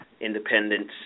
Independence